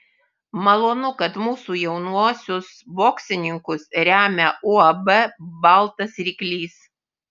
malonu kad mūsų jaunuosius boksininkus remia uab baltas ryklys